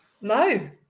No